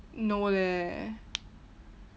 no leh